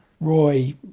roy